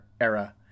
era